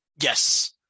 yes